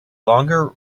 longer